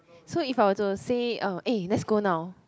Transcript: so if I were to say eh let's go now